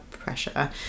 pressure